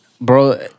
bro